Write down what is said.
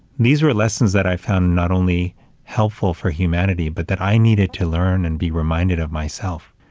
these are lessons that i found, not only helpful for humanity, but that i needed to learn and be reminded of myself.